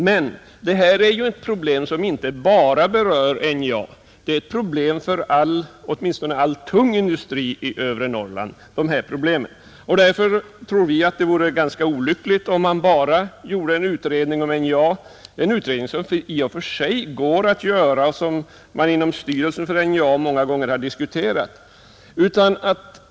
Men detta är ett problem som inte bara berör NJA. Dessa problem rör all tung industri i övre Norrland, Därför tror vi att det vore ganska olyckligt om man bara gjorde en utredning om NJA, en utredning som i och för sig går att göra och som man inom styrelsen för NJA många gånger har diskuterat.